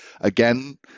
again